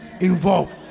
involved